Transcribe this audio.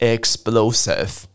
Explosive